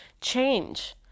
change